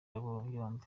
yombi